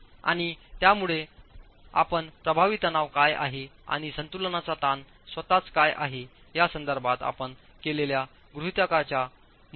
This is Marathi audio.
आणि यामुळे आपण प्रभावी तणाव काय आहे आणि संतुलनाचा ताण स्वतःच काय आहे या संदर्भात आपण केलेल्या गृहितकाच्या मूळ संचाचे समाधान केले पाहिजे